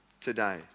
today